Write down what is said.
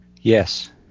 Yes